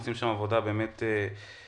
עושים שם עבודה באמת מעולה.